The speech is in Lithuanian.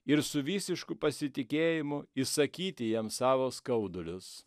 ir su visišku pasitikėjimu išsakyti jam savo skaudulius